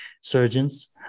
surgeons